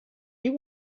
you